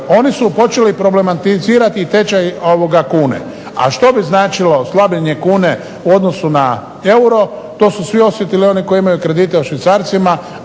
oni su počeli … tečaj kune. A što bi značilo slabljenje kune u odnosu na euro, to su svi osjetili oni koji imaju kredite u švicarcima